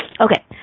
Okay